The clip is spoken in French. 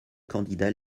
candidat